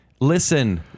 listen